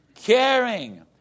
Caring